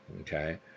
okay